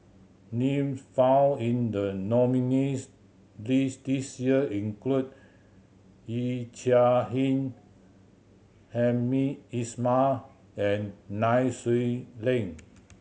names found in the nominees' list this year include Yee Chia Hsing Hamed Ismail and Nai Swee Leng